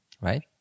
Right